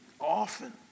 often